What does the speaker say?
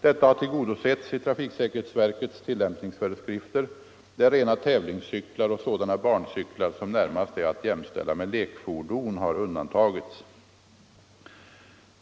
Detta har tillgodosetts i trafiksäkerhetsverkets tillämpningsföreskrifter, där rena tävlingscyklar och sådana barncyklar, som närmast är att jämställa med lekfordon, har undantagits.